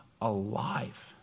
alive